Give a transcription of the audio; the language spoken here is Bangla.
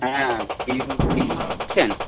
হ্যাঁ বলছেন